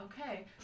okay